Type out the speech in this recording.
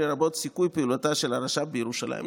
לרבות סיכול פעילות של הרשות הפלסטינית בירושלים".